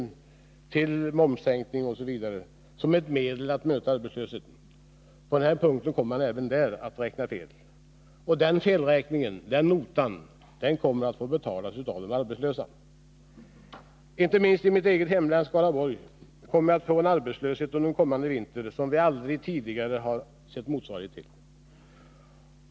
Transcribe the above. den föreslagna momssänkningen os' som medel att möta arbetslösheten. Även på denna punkt har man räknat fel. Notan för denna felräkning kommer att få betalas av de arbetslösa. Inte minst i mitt eget hemlän, Skaraborg, kommer vi att få en arbetslöshet under kommande vinter som vi aldrig tidigare har sett någon motsvarighet till.